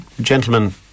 Gentlemen